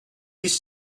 used